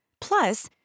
Plus